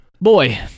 Boy